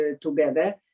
together